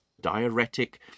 diuretic